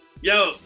Yo